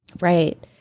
right